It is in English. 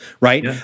right